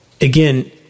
Again